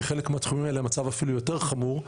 בחלק מהתחומים האלה המצב אפילו יותר חמור,